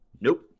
Nope